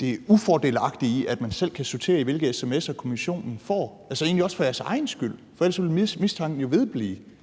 det ufordelagtige i, at man selv kan sortere i, hvilke sms'er kommissionen får, også for jeres egen skyld, for ellers vil mistanken jo vedblive